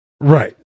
Right